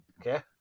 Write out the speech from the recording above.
Okay